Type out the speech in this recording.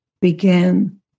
began